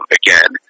again